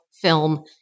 film